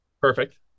Perfect